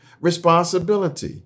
responsibility